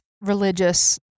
religious